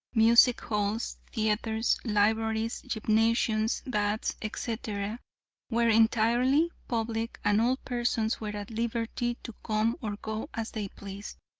music halls, theatres, libraries, gymnasiums, baths, etc, were entirely public and all persons were at liberty to come or go as they pleased.